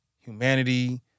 humanity